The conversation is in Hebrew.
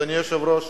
אדוני היושב-ראש,